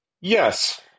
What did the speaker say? Yes